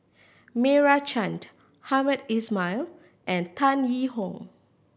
Meira Chand Hamed Ismail and Tan Yee Hong